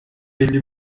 elli